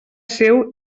seu